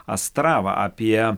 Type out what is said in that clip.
astravą apie